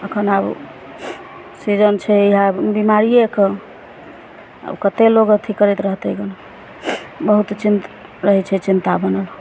अखन आब सीजन छै इहए बिमारियेके आब कतेक लोग अथी करैत रहतै गन बहुत चिन्तित रहै छै चिन्ता बनल